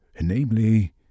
namely